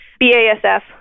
BASF